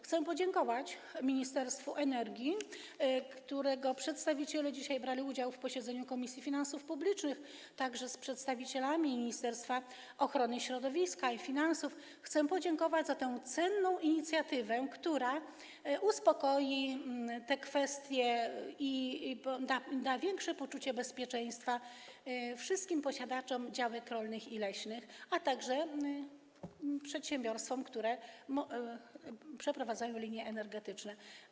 Chcę podziękować Ministerstwu Energii, którego przedstawiciele dzisiaj brali udział w posiedzeniu Komisji Finansów Publicznych, a także przedstawicielom ministerstw środowiska i finansów za tę cenną inicjatywę, która uporządkuje te kwestie i da większe poczucie bezpieczeństwa wszystkim posiadaczom działek rolnych i leśnych, a także przedsiębiorstwom, które przeprowadzają linie energetyczne.